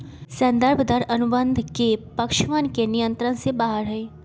संदर्भ दर अनुबंध के पक्षवन के नियंत्रण से बाहर हई